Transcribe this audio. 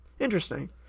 Interesting